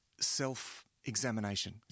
self-examination